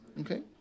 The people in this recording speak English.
Okay